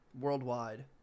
Worldwide